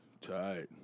Tight